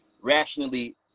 rationally